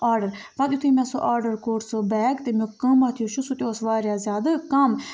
order پَتہٕ یِتھُے مےٚ سُہ آرڈَر کوٚر سُہ بیگ تَمیُک قۭمَتھ یُس چھُ سُہ تہِ اوس واریاہ زیادٕ کَم